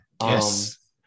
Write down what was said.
Yes